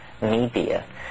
media